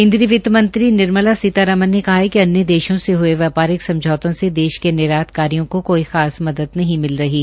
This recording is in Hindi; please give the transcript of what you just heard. केन्द्रीय वित्तमंत्री निर्मला सीतारमण ने कहा कि अन्य देशों से हये व्यापारिक समझौतों से देश के निर्यात कारियों को कोई खास मदद नहीं मिल रही है